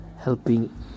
helping